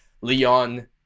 Leon